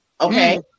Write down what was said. Okay